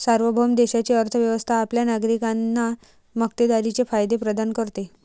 सार्वभौम देशाची अर्थ व्यवस्था आपल्या नागरिकांना मक्तेदारीचे फायदे प्रदान करते